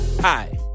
Hi